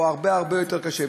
הוא הרבה יותר קשה.